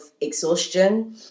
exhaustion